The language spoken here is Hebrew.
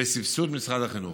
בסבסוד משרד החינוך.